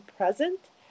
present